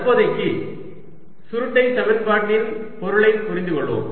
தற்போதைக்கு சுருட்டை சமன்பாட்டின் பொருளை புரிந்துகொள்வோம்